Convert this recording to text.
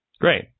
Great